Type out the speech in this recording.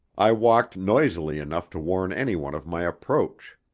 i walked noisily enough to warn anyone of my approach.